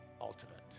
ultimate